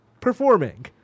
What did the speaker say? performing